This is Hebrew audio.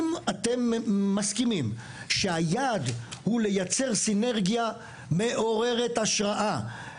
אם אתם מסכימים שהיעד הוא לייצר סינרגיה מעוררת השראה,